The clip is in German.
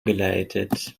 geleitet